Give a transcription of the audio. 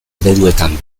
ereduetan